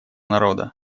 народа